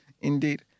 indeed